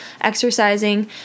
exercising